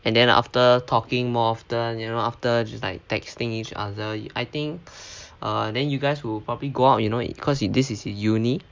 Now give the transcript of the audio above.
and then after talking more often you know after just like texting each other I think err then you guys will probably go out you know cause you this is uni